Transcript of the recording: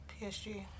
PSG